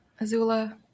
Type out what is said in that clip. azula